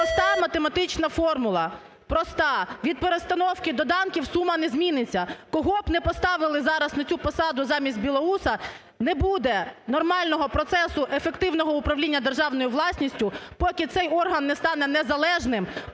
Проста математична формула, проста – від перестановки доданків сума не зміниться. Кого б не поставили зараз на цю посаду замість Білоуса, не буде нормального процесу ефективного управління державною власністю, поки цей орган не стане незалежним,